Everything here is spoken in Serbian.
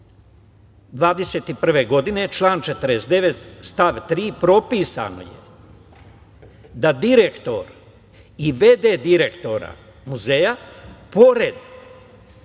2021. godine, član 49. stav 3. propisano je da direktor i v.d. direktora muzeja, pored